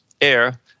air